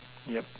yup